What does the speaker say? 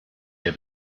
der